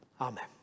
Amen